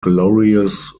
glorious